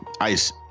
Ice